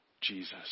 Jesus